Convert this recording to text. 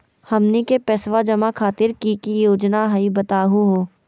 हमनी के पैसवा जमा खातीर की की योजना हई बतहु हो?